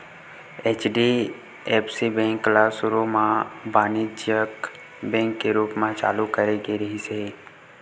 HDFC bank ल सुरू म बानिज्यिक बेंक के रूप म चालू करे गे रिहिस हे